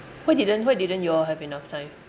why didn't why didn't you all have enough time